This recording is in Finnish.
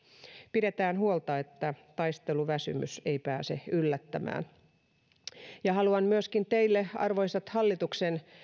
pidetään huolta että taisteluväsymys ei pääse yllättämään haluan myöskin teille arvoisat hallituksen